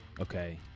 okay